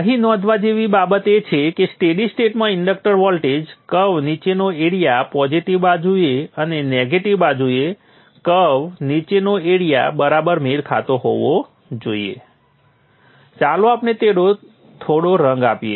અહીં નોંધવા જેવી બાબત એ છે કે સ્ટેડી સ્ટેટમાં ઇન્ડક્ટર વોલ્ટેજ કર્વ નીચેનો એરિઆ પોઝિટિવ બાજુએ અને નેગેટિવ બાજુએ કર્વ નીચેનો એરિઆ બરાબર મેળ ખાતો હોવો જોઈએ ચાલો આપણે તેને થોડો રંગ આપીએ